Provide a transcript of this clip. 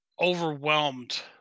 overwhelmed